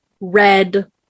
red